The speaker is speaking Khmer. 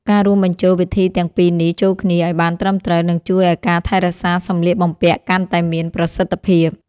ការរួមបញ្ចូលវិធីទាំងពីរនេះចូលគ្នាឱ្យបានត្រឹមត្រូវនឹងជួយឱ្យការថែរក្សាសម្លៀកបំពាក់កាន់តែមានប្រសិទ្ធភាព។